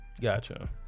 gotcha